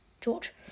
George